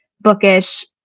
bookish